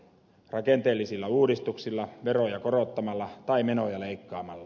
rakenteellisilla uudistuksilla veroja korottamalla tai menoja leikkaamalla